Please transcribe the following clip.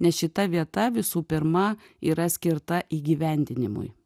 nes šita vieta visų pirma yra skirta įgyvendinimui